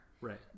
Right